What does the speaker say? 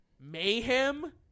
Mayhem